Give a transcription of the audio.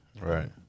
Right